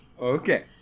Okay